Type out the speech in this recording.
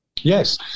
Yes